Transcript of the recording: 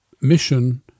mission